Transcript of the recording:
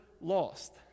lost